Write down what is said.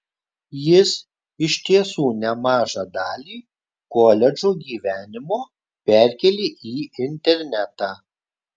jis iš tiesų nemažą dalį koledžo gyvenimo perkėlė į internetą